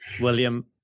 william